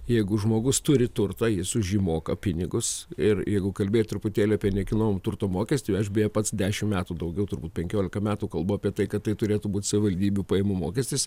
jeigu žmogus turi turtą jis už jį moka pinigus ir jeigu kalbėt truputėlį apie nekilnojamo turto mokestį aš beje pats dešimt metų daugiau turbūt penkiolika metų kalbu apie tai kad tai turėtų būt savivaldybių pajamų mokestis